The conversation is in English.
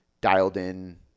dialed-in